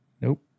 Nope